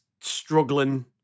struggling